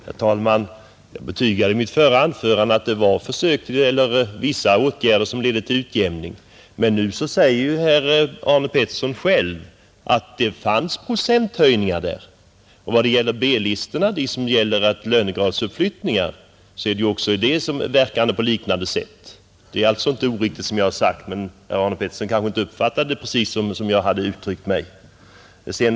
Herr talman! Jag betygade i mitt förra anförande att det förekommit försök till vissa åtgärder som leder till utjämning, men nu säger ju herr Arne Pettersson själv att det i uppgörelsen fanns procenthöjningar. Och B-listeändringarna med lönegradsuppflyttningar verkar på liknande sätt. Det är alltså inte oriktigt vad jag har sagt, men herr Arne Pettersson kanske inte uppfattade precis hur jag uttryckte mig.